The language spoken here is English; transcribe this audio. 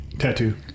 Tattoo